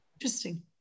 interesting